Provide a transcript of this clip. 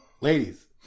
ladies